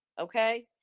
okay